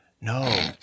No